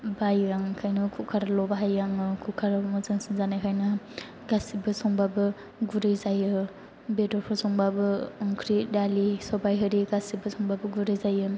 बायो आङो बेनिखायनो कुकार ल' बाहायो आङो कुकार आव मोजांसिन जानायखायनो गासैबो संबाबो गुरै जायो बेदरफोर संबाबो ओंख्रि दालि सबाय आरि गासैबो संबाबो गुरै जायो